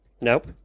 Nope